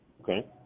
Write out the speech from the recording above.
Okay